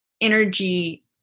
energy